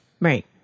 Right